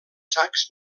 sacs